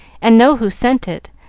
and know who sent it,